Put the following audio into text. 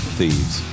thieves